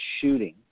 shooting